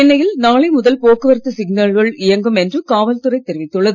சென்னையில் நாளை முதல் போக்குவரத்து சிக்னல்கள் இயங்கும் என்று காவல்துறை தெரிவித்துள்ளது